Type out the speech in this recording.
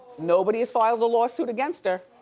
nobody has filed a lawsuit against her,